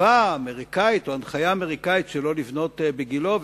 האכזבה האמריקנית או ההנחיה האמריקנית שלא לבנות בגילה,